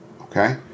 Okay